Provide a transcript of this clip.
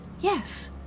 Yes